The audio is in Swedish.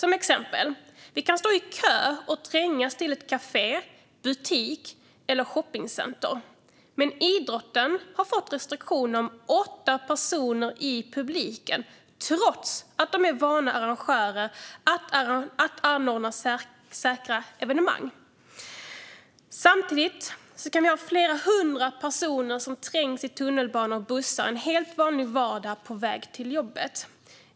Vi kan till exempel stå och trängas i kön till ett kafé, en butik eller ett shoppingcentrum, men idrotten har fått restriktioner om max åtta personer, trots att idrottsföreningar är vana arrangörer av säkra evenemang. Samtidigt kan flera hundra personer trängas i tunnelbanor och på bussar på väg till jobbet en helt vanlig vardag.